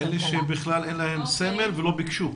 אלה שבכלל אין להם סמל ולא ביקשו.